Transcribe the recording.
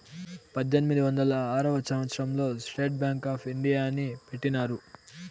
పద్దెనిమిది వందల ఆరవ సంవచ్చరం లో స్టేట్ బ్యాంక్ ఆప్ ఇండియాని పెట్టినారు